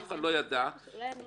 אף אחד לא ידע, ועכשיו,